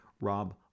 Rob